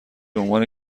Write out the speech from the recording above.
عنوان